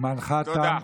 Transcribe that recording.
זמנך תם.